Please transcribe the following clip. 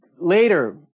later